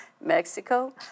Mexico